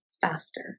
faster